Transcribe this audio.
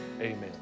Amen